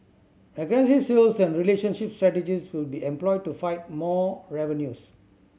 aggressive sales and relationship strategies will be employed to fight more revenues